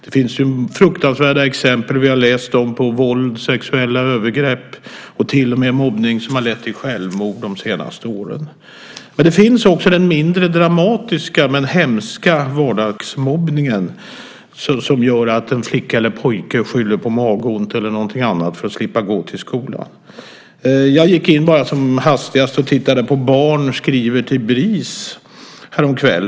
Det finns fruktansvärda exempel. Vi har läst om våld, sexuella övergrepp och mobbning som till och med lett till självmord under de senaste åren. Det finns också den mindre dramatiska men hemska vardagsmobbningen, som gör att en flicka eller en pojke skyller på magont eller någonting annat för att slippa gå till skolan. Jag gick in som hastigast häromkvällen och tittade på vad barn skriver till Bris.